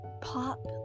Pop